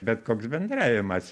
bet koks bendravimas